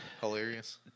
hilarious